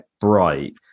bright